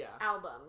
album